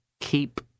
keep